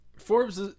Forbes